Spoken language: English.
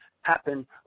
happen